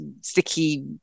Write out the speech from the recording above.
sticky